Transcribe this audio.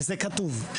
וזה כתוב,